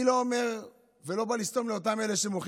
אני לא אומר, אני לא בא לאותם אלה שמוחים,